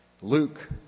Luke